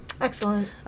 Excellent